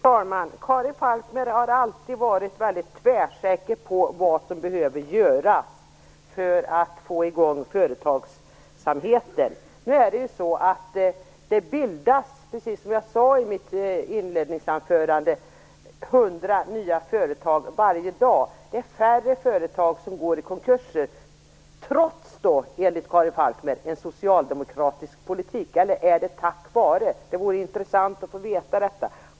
Fru talman! Karin Falkmer har alltid varit väldigt tvärsäker på vad som behöver göras för att få i gång företagsamheten. Nu är det så att det bildas, precis som jag sade i mitt inledningsanförande, hundra nya företag varje dag. Det är färre företag som går i konkurs. Detta trots, enligt Karin Falkmer, en socialdemokratisk politik. Eller är det tack vare? Det vore intressant att få veta detta.